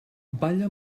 balla